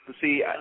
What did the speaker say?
see